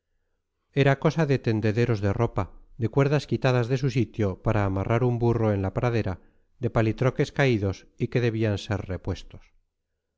era cosa de tendederos de ropa de cuerdas quitadas de su sitio para amarrar un burro en la pradera de palitroques caídos y que debían ser repuestos